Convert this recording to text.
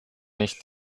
nicht